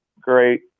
great